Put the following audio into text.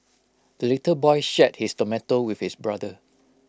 the little boy shared his tomato with his brother